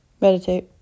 Meditate